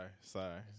sorry